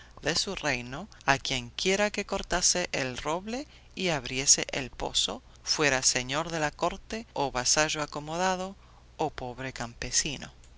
de su reino a quienquiera que cortase el roble y abriese el pozo fuera señor de la corte o vasallo acomodado o pobre campesino